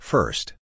First